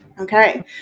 Okay